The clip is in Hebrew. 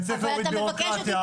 וצריך להוריד ביורוקרטיה,